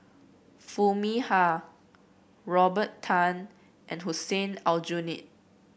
Foo Mee Har Robert Tan and Hussein Aljunied